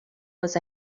was